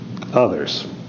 others